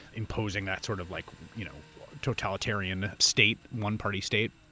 imposing that sort of like you know totalitarian state, one party state.